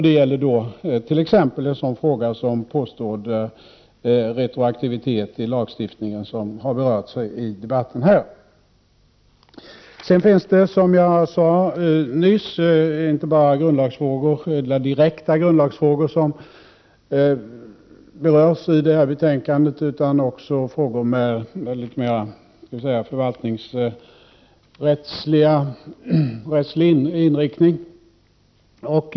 Det gäller t.ex. en sådan fråga som påstådd retroaktivitet i lagstiftningen, som har berörts i debatten här. Som jag sade nyss, är det inte bara direkta grundlagsfrågor som berörs i detta betänkande utan också frågor med mera förvaltningsrättslig inriktning.